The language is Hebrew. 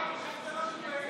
איך אתה לא מתבייש?